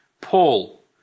paul